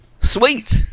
Sweet